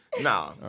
Nah